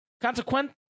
consequent